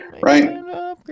Right